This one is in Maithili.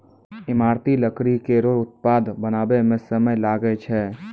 ईमारती लकड़ी केरो उत्पाद बनावै म समय लागै छै